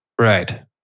Right